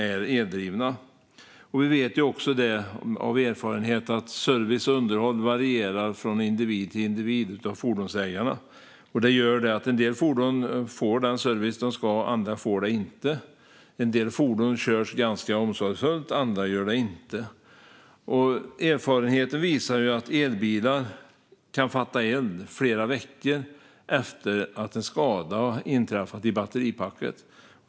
Av erfarenhet vet vi också att genomförande av service och underhåll varierar från individ till individ bland fordonsägarna, och det gör att en del fordon får den service de ska ha medan andra inte får det. En del fordon körs ganska omsorgsfullt, andra inte. Erfarenheten visar att elbilar kan fatta eld flera veckor efter en skada på batteripacket.